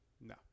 No